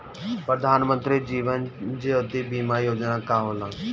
प्रधानमंत्री जीवन ज्योति बीमा योजना का होला?